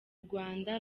rwanda